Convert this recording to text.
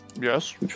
yes